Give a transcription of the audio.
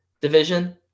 division